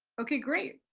okay, great,